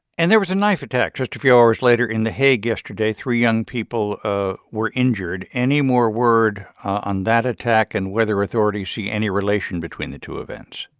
and there was a knife attack just a few hours later in the hague yesterday. three young people ah were injured. any more word on that attack and whether authorities see any relation between the two events?